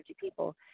people